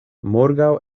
morgaŭ